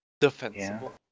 Defensible